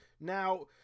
Now